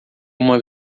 uma